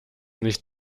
nicht